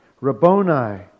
Rabboni